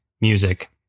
music